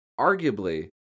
arguably